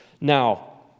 Now